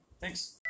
Thanks